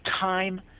time